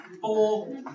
Four